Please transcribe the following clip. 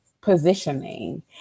positioning